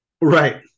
right